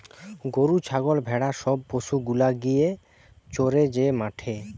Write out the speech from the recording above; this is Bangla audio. গরু ছাগল ভেড়া সব পশু গুলা গিয়ে চরে যে মাঠে